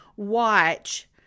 watch